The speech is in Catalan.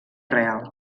real